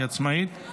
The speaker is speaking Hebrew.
התשפ"ד 2024,